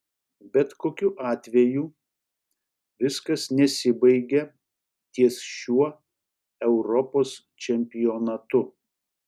bet kokiu atveju viskas nesibaigia ties šiuo europos čempionatu